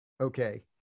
Okay